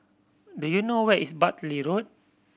do you know where is Bartley Road